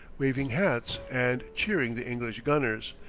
waving hats and cheering the english gunners,